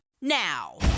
now